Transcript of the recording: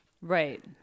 Right